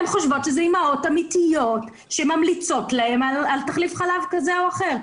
הן חושבות שזה אימהות אמיתיות שממליצות להן על תחליף חלב כזה או אחר.